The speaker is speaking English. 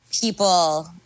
people